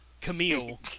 Camille